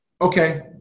Okay